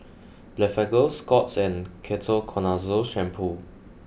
Blephagel Scott's and Ketoconazole shampoo